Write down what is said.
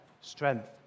strength